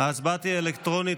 ההצבעה תהיה אלקטרונית.